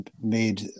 made